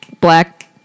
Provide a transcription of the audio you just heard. black